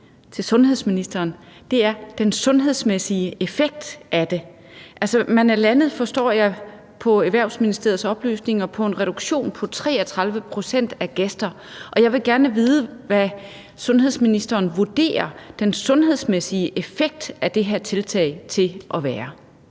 sundhedsministeren til, er den sundhedsmæssige effekt af det. Man er landet, forstår jeg på Erhvervsministeriets oplysninger, på en reduktion på 33 pct. af gæster, og jeg vil gerne vide, hvad sundhedsministeren vurderer den sundhedsmæssige effekt af det her tiltag til at være.